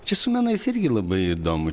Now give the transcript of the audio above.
čia su menais irgi labai įdomu